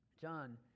John